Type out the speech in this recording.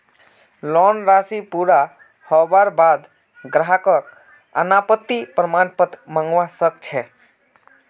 loan राशि पूरा हबार बा द ग्राहक अनापत्ति प्रमाण पत्र मंगवा स ख छ